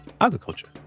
agriculture